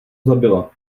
zabila